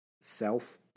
self